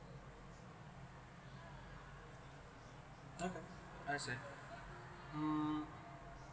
okay I will say um